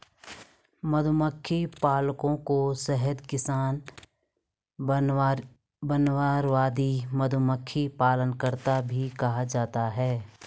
मधुमक्खी पालकों को शहद किसान, वानरवादी, मधुमक्खी पालनकर्ता भी कहा जाता है